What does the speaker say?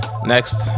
next